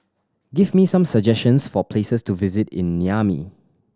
give me some suggestions for places to visit in Niamey